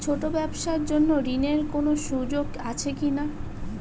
ছোট ব্যবসার জন্য ঋণ এর কোন সুযোগ আছে কি না?